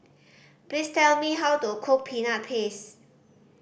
please tell me how to cook Peanut Paste